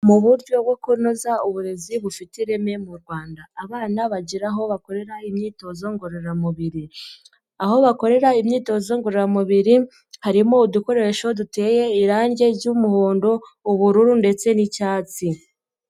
Mu buryo bwo kunoza uburezi bufite ireme mu Rwanda abana bagira aho bakorera imyitozo ngororamubiri, aho bakorera imyitozo ngororamubiri harimo udukoresho duteye irangi ry'umuhondo, ubururu ndetse n'icyatsi.